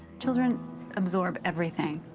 children absorb everything.